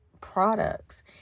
products